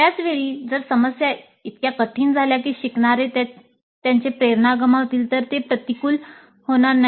त्याच वेळी जर समस्या इतक्या कठीण झाल्या की शिकणारे त्यांचे प्रेरणा गमावतील तर ते प्रतिकूल होणार नाही